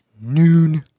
noon